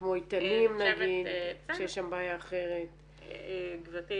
כמו איתנים נגיד שיש שם בעיה אחרת ואברבנאל.